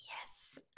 yes